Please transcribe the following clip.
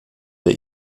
der